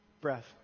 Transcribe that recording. breath